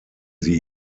sie